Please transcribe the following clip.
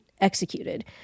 executed